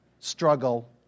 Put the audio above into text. struggle